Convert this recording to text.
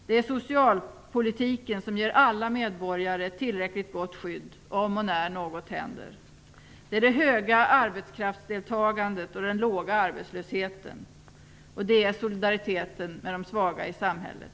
Det är socialpolitiken som ger alla medborgare tillräckligt gott skydd om och när något händer. Det är det höga arbetskraftsdeltagandet och den låga arbetslösheten. Det är solidariteten med de svaga i samhället.